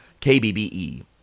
KBBE